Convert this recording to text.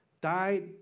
died